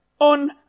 on